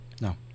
No